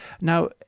Now